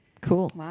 cool